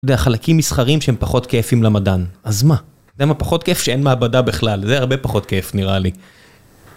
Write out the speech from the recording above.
אתה יודע, חלקים מסחרים שהם פחות כיפיים למדען, אז מה? אתה יודע מה פחות כיף? שאין מעבדה בכלל, זה הרבה פחות כיף נראה לי.